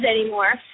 anymore